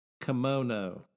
Kimono